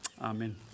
Amen